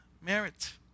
merit